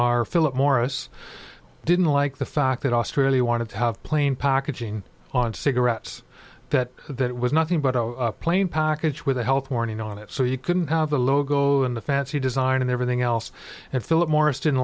are philip morris didn't like the fact that australia wanted to have plain packaging on cigarettes that that was nothing but a plain package with a health warning on it so you couldn't have the logo in the fancy design and everything else and philip morris didn't